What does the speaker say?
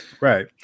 Right